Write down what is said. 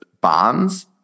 bonds